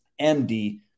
md